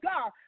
God